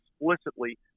explicitly